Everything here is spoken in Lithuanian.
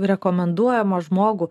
rekomenduojamą žmogų